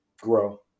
grow